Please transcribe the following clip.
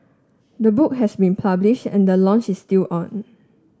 the book has been published and the launch is still on